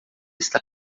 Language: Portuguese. está